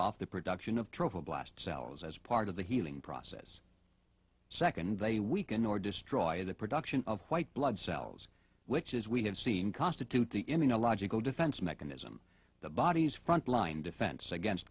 off the production of trophy blast cells as part of the healing process second they weaken or destroy the production of white blood cells which as we have seen constitute the immunological defense mechanism the body's frontline defense against